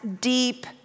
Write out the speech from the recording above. deep